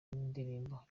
ndirimbo